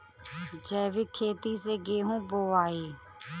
जैविक खेती से गेहूँ बोवाई